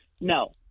no